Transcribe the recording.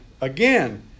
Again